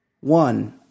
One